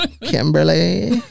Kimberly